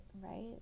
right